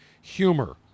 humor